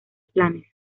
planes